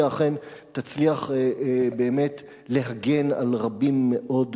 אכן תצליח באמת להגן על רבים מאוד מהחיילים.